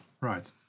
Right